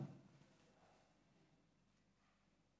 לא.